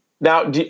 now